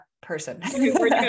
person